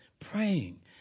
praying